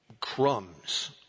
Crumbs